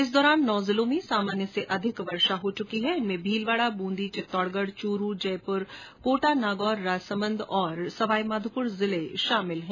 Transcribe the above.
इस दौरान नौ जिलों में सामान्य से अधिक बरसात हो चुकी है जिनमें भीलवाड़ा ब्रंदी चित्तौड़गढ चूरु जयपुर कोटा नागौर राजसमंद एवं सवाईमाधोपुर जिले शामिल है